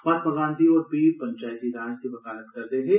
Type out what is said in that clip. महात्मा गांधी होर बी पंचैती राज दी वकालत करदे हे